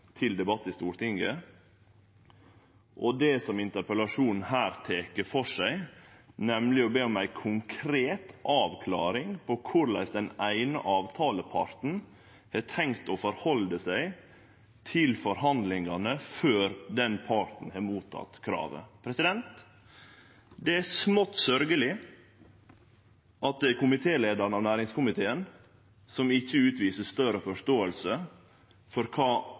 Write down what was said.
til debatt i Stortinget, og det som interpellasjonen her tek føre seg, nemleg å be om ei konkret avklaring på korleis den eine avtaleparten har tenkt å halde seg til forhandlingane før den parten har motteke kravet. Det er smått sørgjeleg at det er leiaren i næringskomiteen som ikkje utviser større forståing for kva